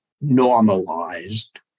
normalized